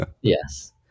Yes